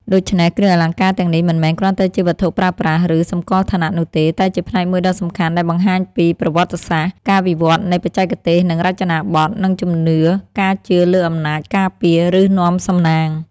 ដូច្នេះ គ្រឿងអលង្ការទាំងនេះមិនមែនគ្រាន់តែជាវត្ថុប្រើប្រាស់ ឬសម្គាល់ឋានៈនោះទេ តែជាផ្នែកមួយដ៏សំខាន់ដែលបង្ហាញពី ប្រវត្តិសាស្ត្រ (ការវិវត្តន៍នៃបច្ចេកទេស និងរចនាបថ) និង ជំនឿ (ការជឿលើអំណាចការពារ ឬនាំសំណាង)។